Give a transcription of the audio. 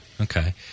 Okay